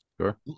Sure